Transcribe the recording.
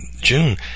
June